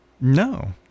No